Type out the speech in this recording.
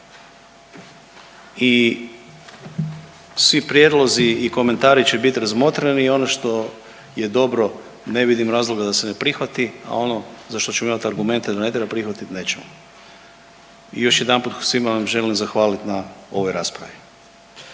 I svi prijedlozi i komentari će biti razmotreni i ono što je dobro ne vidim razloga da se ne prihvati, a ono za što ćemo imati argumente da ne treba prihvatiti nećemo. I još jedanput svima vam želim zahvaliti na ovoj raspravi.